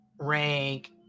rank